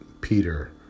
Peter